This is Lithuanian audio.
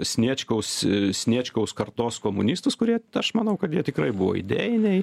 sniečkaus sniečkaus kartos komunistus kurie aš manau kad jie tikrai buvo idėjiniai